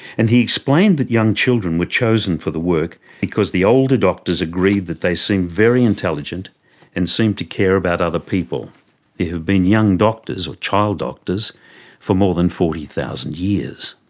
and he explained that young children were chosen for the work because the older doctors agreed that they seemed very intelligent and seemed to care about other people. there have been young doctors or child doctors for more than forty thousand years.